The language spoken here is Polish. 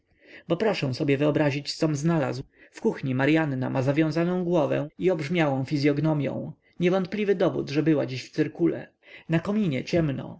proszę sobie wyobrazić com znalazł w kuchni maryanna ma zawiązaną głowę i obrzmiałą fizyognomią niewątpliwy dowód że była dziś w cyrkule na kominie ciemno